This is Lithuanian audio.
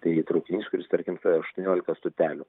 tai traukinys kuris tarkim per aštuoniolika stotelių